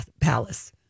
Palace